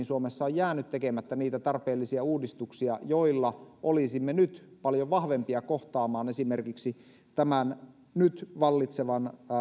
suomessa on jäänyt tekemättä niitä tarpeellisia uudistuksia joilla olisimme nyt paljon vahvempia kohtaamaan esimerkiksi tämän nyt vallitsevan